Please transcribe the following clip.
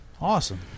Awesome